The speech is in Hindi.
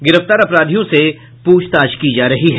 गिरफ्तार अपराधियों से पूछताछ की जा रही है